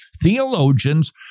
theologians